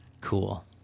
cool